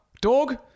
dog